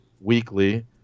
weekly